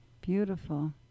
Beautiful